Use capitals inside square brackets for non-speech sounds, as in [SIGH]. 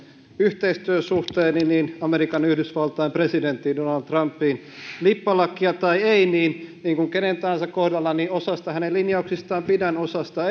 yhteistyösuhteeni amerikan yhdysvaltain presidenttiin donald trumpiin lippalakkia tai ei niin niin kuin kenen tahansa kohdalla osasta hänen linjauksistaan pidän osasta [UNINTELLIGIBLE]